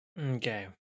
Okay